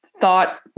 thought